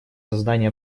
создание